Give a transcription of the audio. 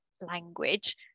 language